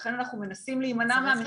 ולכן אנחנו מנסים להימנע מהמחירים האלה.